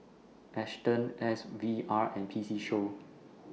Astons S V R and P C Show